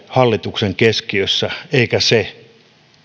hallituksen keskiössä olisivat polut eikä se